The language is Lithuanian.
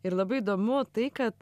ir labai įdomu tai kad